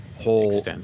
whole